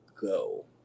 go